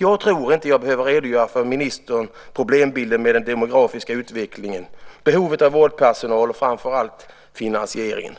Jag tror inte att jag för ministern behöver redogöra för problembilden med den demografiska utvecklingen, behovet av vårdpersonal och framför allt finansieringen.